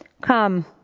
come